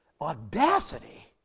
audacity